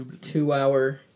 two-hour